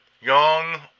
young